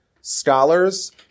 scholars